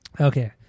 okay